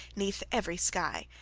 neath every sky.